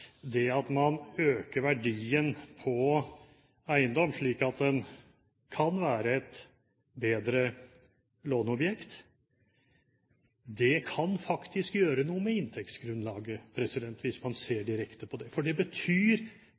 Det at man øker verdien på eiendom, slik at den kan være et bedre låneobjekt, kan faktisk gjøre noe med inntektsgrunnlaget, hvis man ser direkte på det. For det betyr,